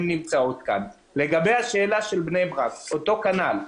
לגבי בני ברק: אותו כנ"ל.